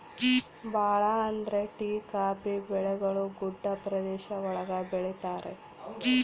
ಭಾಳ ಅಂದ್ರೆ tea coffee ಬೆಳೆಗಳು ಗುಡ್ಡ ಪ್ರದೇಶ ಒಳಗ ಬೆಳಿತರೆ